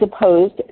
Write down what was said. opposed